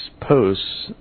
posts